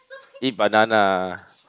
eat banana